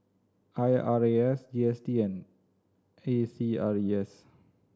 I R A S G S T and A C R E S